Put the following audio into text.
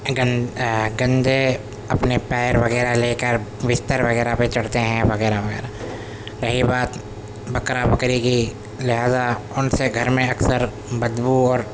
گن گندے اپنے پیر وغیرہ لے کر بستر وغیرہ پر چڑھتے ہیں وغیرہ وغیرہ رہی بات بکرا بکری کی لہٰذا ان سے گھر میں اکثر بدبو اور